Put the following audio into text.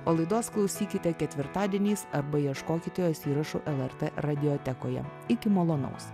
o laidos klausykite ketvirtadieniais arba ieškokite jos įrašų lrt radiotekoje iki malonaus